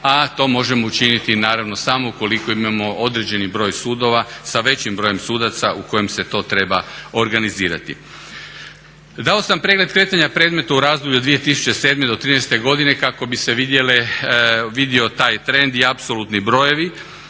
a to možemo učiniti naravno samo ukoliko imamo određeni broj sudova sa većim brojem sudaca u kojem se to treba organizirati. Dao sam pregled kretanja predmeta u razdoblju od 2007. do 2013. godine kako bi se vidio taj trend i apsolutni brojevi